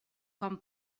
com